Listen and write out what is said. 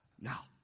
Now